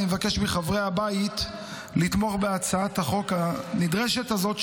אני מבקש מחברי הבית לתמוך בהצעת החוק הנדרשת הזאת,